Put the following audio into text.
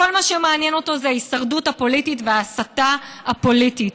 כל מה שמעניין אותו זה ההישרדות הפוליטית וההסתה הפוליטית.